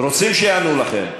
רוצים שיענו לכם.